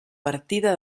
partida